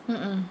mm mm